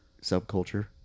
subculture